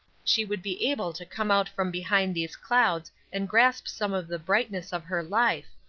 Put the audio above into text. she would be able to come out from behind these clouds and grasp some of the brightness of her life,